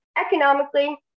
economically